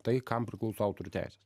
tai kam priklauso autorių teisės